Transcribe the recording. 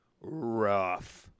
rough